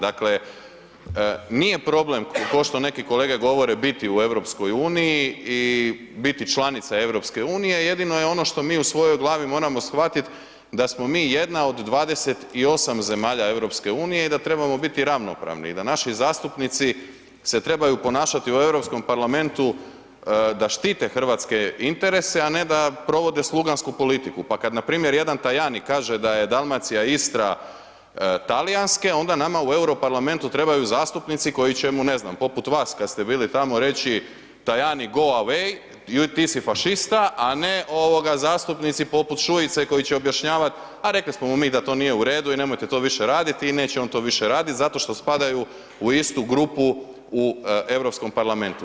Dakle, nije problem košto neki kolege govore biti u EU i biti članica EU, jedino je ono što mi u svojoj glavi moramo shvatit da smo mi jedna od 28 zemalja EU i da trebamo biti ravnopravni i da naši zastupnici se trebaju ponašati u Europskom parlamentu da štite hrvatske interese, a ne da provode slugansku politiku, pa kad npr. jedan Tajani kaže da je Dalmacija, Istra, talijanske onda nama u Europarlamentu trebaju zastupnici koji će mu, ne znam, poput vas kad ste bili tamo, reći Tajani … [[Govornik se ne razumije]] ti si fašista, a ne zastupnici poput Šuice koji će objašnjavat, a rekli smo mu mi da to nije u redu i nemojte to više raditi i neće on to više radit, zato što spadaju u istu grupu u Europskom parlamentu.